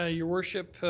ah your worship,